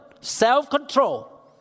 Self-control